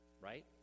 Right